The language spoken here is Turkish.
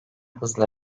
hızla